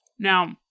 Now